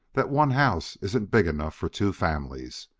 that one house isn't big enough for two families.